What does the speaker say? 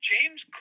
James